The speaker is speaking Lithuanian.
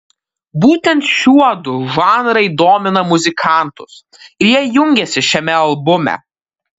būtent šiuodu žanrai domina muzikantus ir jie jungiasi šiame albume